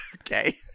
Okay